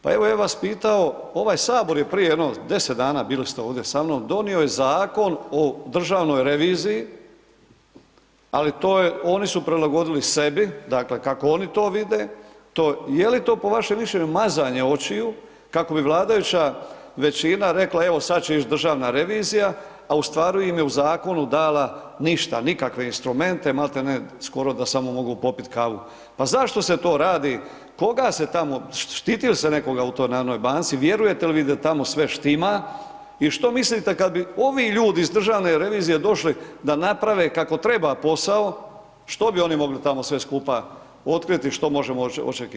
Pa evo, ja bi vas pitao, ovaj HS je prije jedno 10 dana, bili ste ovdje sa mnom, donio je Zakon o državnoj reviziji, ali to je, oni su prilagodili sebi, dakle, kako oni to vide, to, je li to po vašem mišljenju mazanje očiju kako bi vladajuća većina rekla evo sad će ić Državna revizija, a u stvari im je u zakonu dala ništa, nikakve instrumente, malte ne skoro da sam mogao popiti kavu, pa zašto se to radi, koga se tamo, štiti li se nekoga u toj narodnoj banci, vjerujete li vi da tamo sve štima i što mislite kad bi ovi ljudi iz Državne revizije došli da naprave kako treba posao, što bi oni mogli tamo sve skupa otkriti, što možemo očekivati od toga, evo, hvala.